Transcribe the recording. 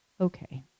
Okay